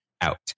out